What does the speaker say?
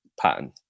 pattern